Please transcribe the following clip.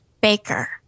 Baker